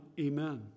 amen